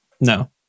No